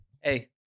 Hey